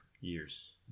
years